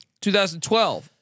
2012